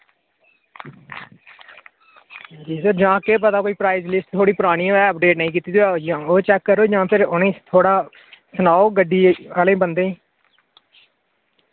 जी sir जां केह् पता कोई प्राइस लिस्ट थोह्ड़ी परानी होऐ अपडेट नेईं कीती दी होऐ जां ओह् चैक करो जां फिर उ'नें थोह्ड़ा सनाओ गड्डी आह्ले बंदें ई